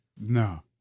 No